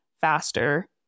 faster